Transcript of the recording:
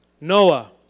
Noah